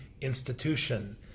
institution